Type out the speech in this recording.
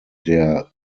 der